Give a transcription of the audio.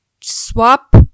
swap